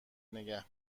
نگه